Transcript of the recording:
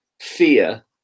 fear